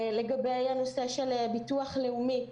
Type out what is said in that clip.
הנושא של ביטוח לאומי,